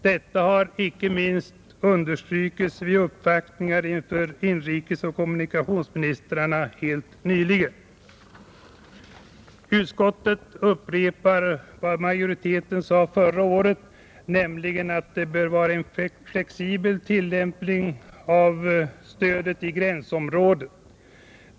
Detta har icke minst understrukits vid uppvaktningar inför inrikesoch kommunikationsministrarna helt nyligen, Utskottet upprepar vad majoriteten sade förra året, nämligen att det bör vara en flexibel tillämpning av stödet i gränsområdet.